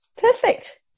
Perfect